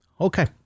Okay